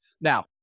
Now